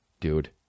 dude